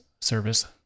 service